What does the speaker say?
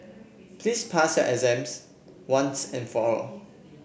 please pass your exams once and for all